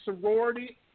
sorority